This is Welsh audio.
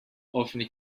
ofni